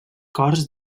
cors